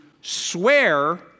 swear